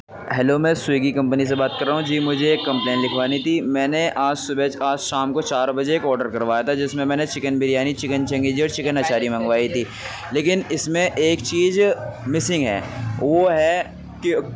hello میں Swiggy company سے بات کر رہا ہوں جی مجھے ایک کمپلین لکھوانی تھی میں نے آج صبح آج شام کو چار بجے ایک آڈر کروایا تھا جس میں میں نے چکن بریانی چکن چنگیزی اور چکن اچاری منگوائی تھی لیکن اس میں ایک چیز مسنگ ہے وہ ہے